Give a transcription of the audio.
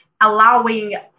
allowing